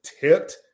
tipped